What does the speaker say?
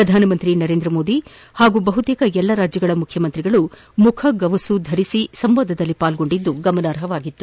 ಪ್ರಧಾನ ಮಂತ್ರಿ ನರೇಂದ್ರ ಮೋದಿ ಹಾಗೂ ಬಹುತೇಕ ಎಲ್ಲ ರಾಜ್ಯಗಳ ಮುಖ್ಯಮಂತ್ರಿಗಳು ಮುಖಗವಸು ಧರಿಸಿ ಸಂವಾದದಲ್ಲಿ ಪಾಲ್ಗೊಂಡಿದ್ದು ಗಮನಾರ್ಹವಾಗಿತ್ತು